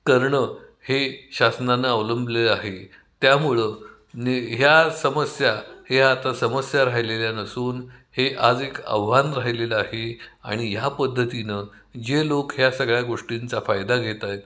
करणं हे शासनांना अवलंबलेलं आहे त्यामुळं ने ह्या समस्या हे आता समस्या राहिलेल्या नसून हे आज एक आव्हान राहिलेलं आहे आणि ह्या पद्धतीनं जे लोक ह्या सगळ्या गोष्टींचा फायदा घेत आहेत